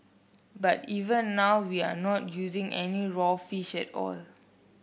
but even now we are not using any raw fish at all